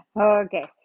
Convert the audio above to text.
Okay